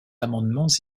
amendements